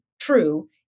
true